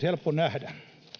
helppo nähdä